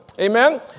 Amen